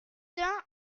d’un